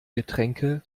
getränke